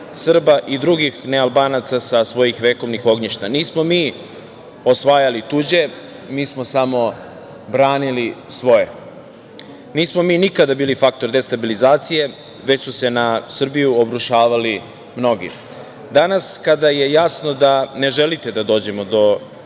i drugih nealbanaca, sa svojih vekovnih ognjišta? Nismo mi osvajali tuđe, mi smo samo branili svoje. Nismo mi nikada bili faktor destabilizacije, već su se na Srbiju obrušavali mnogi. Danas, kada je jasno da ne želite da dođemo do